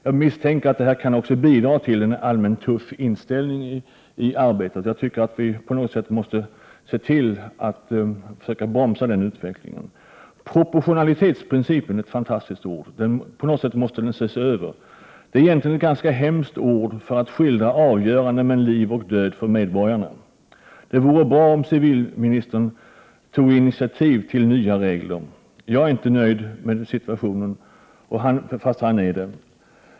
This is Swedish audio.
Jag misstänker att det kan bidra till en allmänt tuff inställning i arbetet. Jag tycker att vi måste se till att försöka bromsa denna utveckling. Proportionalitetsprincipen är ett fantastiskt ord! Men på något sätt måste denna princip ses över. Det är egentligen ett ganska hemskt ord för att skildra avgörandet mellan liv och död för medborgarna. Det vore bra om civilministern tog initiativet till nya regler. Jag är inte nöjd med situationen, även om civilministern är det.